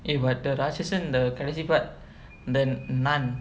eh but the Ratsasan the கடசி:kadasi part the nun